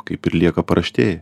kaip ir lieka paraštėj